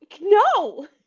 No